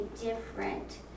different